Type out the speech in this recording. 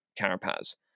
Carapaz